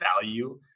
value